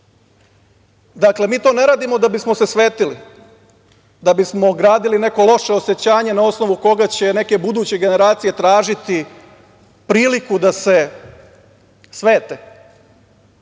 dakle, mi to ne radimo da bismo se svetili, da bismo gradili neko loše osećanje na osnovu koga će neke buduće generacije tražiti priliku da se svete.